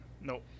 Nope